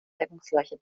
deckungsgleiche